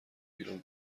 ایران